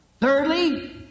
thirdly